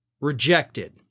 rejected